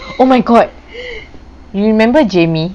oh my god do you remember jamie